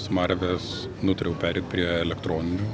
smarvės nutariau pereit prie elektroninių